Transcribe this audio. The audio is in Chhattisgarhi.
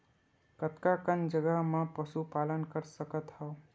कतका कन जगह म पशु पालन कर सकत हव?